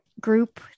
group